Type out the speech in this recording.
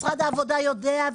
משרד העבודה יודע.